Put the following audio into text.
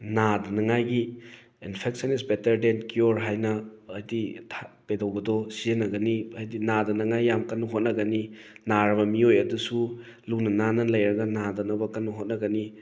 ꯅꯥꯗꯅꯉꯥꯏꯒꯤ infection is better than cure ꯍꯥꯏꯅ ꯍꯥꯏꯗꯤ ꯀꯩꯗꯧꯕꯗꯣ ꯁꯤꯖꯟꯅꯒꯅꯤ ꯍꯥꯏꯗꯤ ꯅꯥꯗꯅꯤꯡꯉꯥꯏ ꯌꯥꯝ ꯀꯟꯅ ꯍꯣꯠꯅꯒꯅꯤ ꯅꯥꯔꯕ ꯃꯤꯑꯣꯏ ꯑꯗꯨꯁꯨ ꯂꯨꯅ ꯅꯥꯟꯅ ꯂꯩꯔꯒ ꯅꯥꯗꯅꯕ ꯀꯟꯅ ꯍꯣꯠꯅꯒꯅꯤ